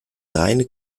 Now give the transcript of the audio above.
reine